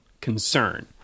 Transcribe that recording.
concern